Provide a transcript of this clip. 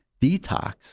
detox